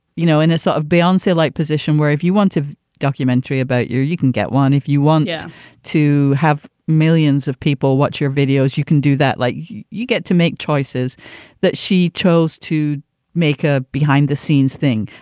you know, in a sort of beyond, say, like position where if you want to documentary about, you you can get one. if you want yeah to have millions of people watch your videos, you can do that. like you you get to make choices that she chose to make a behind the scenes thing.